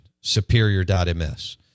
Superior.ms